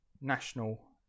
national